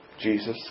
Jesus